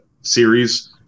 series